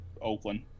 Oakland